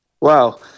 Wow